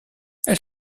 elle